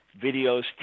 videos